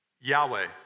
Yahweh